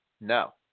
No